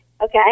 Okay